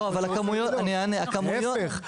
להיפך,